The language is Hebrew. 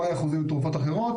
Y אחוזים לתרופות אחרות,